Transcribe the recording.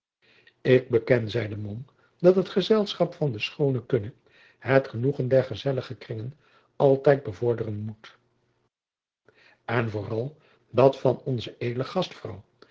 ik beken zeide mom dat het gezelschap van de schoone kunne het genoegen der gezellige kringen altijd bevorderen moet en vooral dat van onze edele gastvrouw